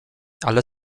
ale